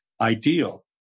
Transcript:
ideal